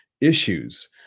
issues